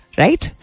right